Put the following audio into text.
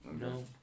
No